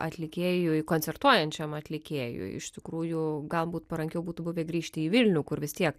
atlikėjui koncertuojančiam atlikėjui iš tikrųjų galbūt parankiau būtų buvę grįžti į vilnių kur vis tiek